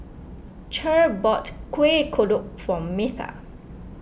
Cher bought Kueh Kodok for Metha